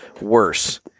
worse